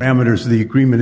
ammeters of the agreement